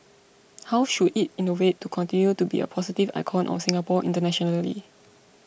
how should it innovate to continue to be a positive icon of Singapore internationally